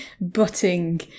butting